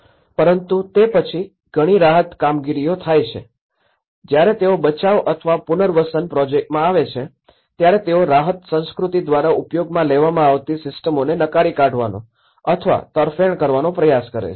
પરંતુ તે પછી ઘણી રાહત કામગીરીઓ થાય છે જ્યારે તેઓ બચાવ અથવા પુનર્વસન પ્રોજેક્ટ્સમાં આવે છે ત્યારે તેઓ રાહત સંસ્કૃતિ દ્વારા ઉપયોગમાં લેવામાં આવતી સિસ્ટમોને નકારી કાઢવાનો અથવા તરફેણ કરવાનો પ્રયાસ કરે છે